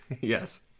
Yes